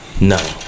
no